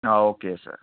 okay sir